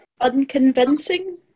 Unconvincing